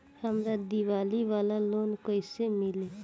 हमरा दीवाली वाला लोन कईसे मिली?